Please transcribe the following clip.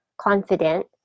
confident